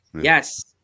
Yes